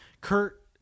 Kurt